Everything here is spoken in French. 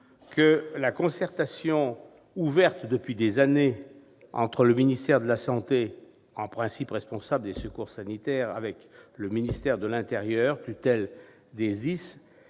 que la concertation, ouverte depuis des années entre le ministère de la santé, en principe responsable des secours sanitaires, et le ministère de l'intérieur, tutelle des